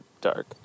dark